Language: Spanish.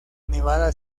nevada